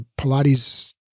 Pilates